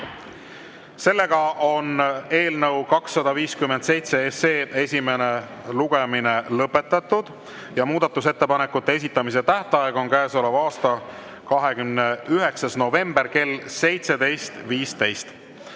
toetust. Eelnõu 257 esimene lugemine on lõpetatud. Muudatusettepanekute esitamise tähtaeg on käesoleva aasta 29. november kell 17.15.